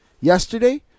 yesterday